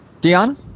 Dion